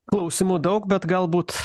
klausimų daug bet galbūt